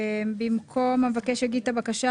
במקום "המבקש יגיש את הבקשה"